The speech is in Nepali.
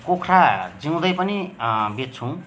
कुखुरा जिउँदै पनि बेच्छौँ